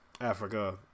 africa